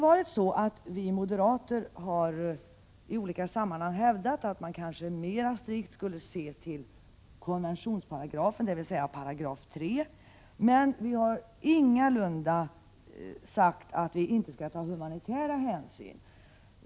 Vi moderater har i olika sammanhang hävdat att man mera strikt skulle se till konventionsparagrafen, dvs. 3 §, men vi har ingalunda sagt att man inte skall ta humanitära hänsyn.